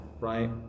right